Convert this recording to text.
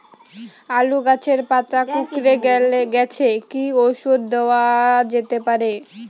আলু গাছের পাতা কুকরে গেছে কি ঔষধ দেওয়া যেতে পারে?